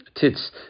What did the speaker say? tits